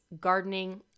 gardening